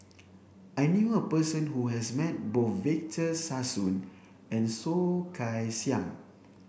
I knew a person who has met both Victor Sassoon and Soh Kay Siang